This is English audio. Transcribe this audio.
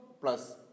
plus